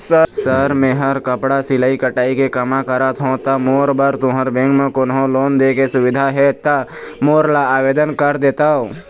Sir मेहर कपड़ा सिलाई कटाई के कमा करत हों ता मोर बर तुंहर बैंक म कोन्हों लोन दे के सुविधा हे ता मोर ला आवेदन कर देतव?